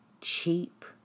cheap